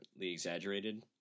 exaggerated